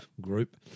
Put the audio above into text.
group